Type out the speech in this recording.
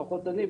לפחות אני,